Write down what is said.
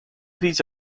these